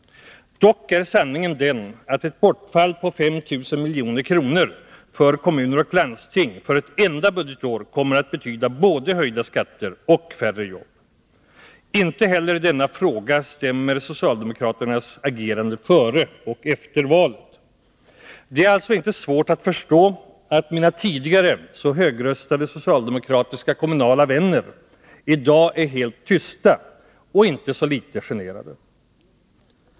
Dock är sanningen den att ett bortfall på 5 000 milj.kr. för kommuner och landsting för ett enda budgetår kommer att betyda både höjda skatter och färre jobb. Inte heller i denna fråga stämmer socialdemokraternas agerande före och efter valet. Det är alltså inte så svårt att förstå att mina tidigare så högröstade socialdemokratiska kommunala vänner i dag är helt tysta och inte så lite generade.